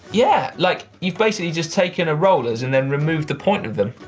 yeah, like you've basically just taken a rollers, and then removed the point of them.